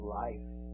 life